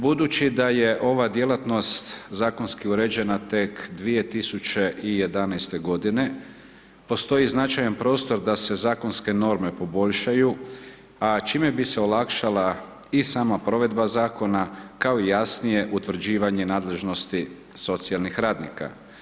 Budući da je ova djelatnost zakonski uređena tek 2011. g., postoji značajni prostor da se zakonske norme poboljšaju a čime bise olakšala i sama provedba zakona kao jasnije utvrđivanje nadležnosti socijalnih radnika.